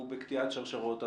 הוא בקטיעת שרשראות הדבקה.